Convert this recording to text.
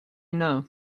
know